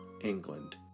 England